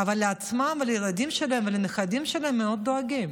אבל לעצמם, לילדים שלהם ולנכדים שלהם מאוד דואגים?